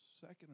second